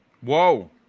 Whoa